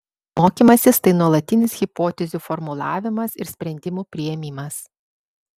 mokymasis tai nuolatinis hipotezių formulavimas ir sprendimų priėmimas